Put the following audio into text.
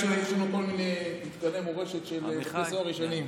יש לנו כל מיני מתקני מורשת של בתי סוהר ישנים,